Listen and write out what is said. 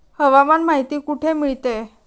हवामान माहिती कुठे मिळते?